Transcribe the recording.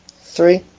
Three